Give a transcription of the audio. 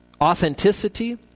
authenticity